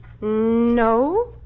No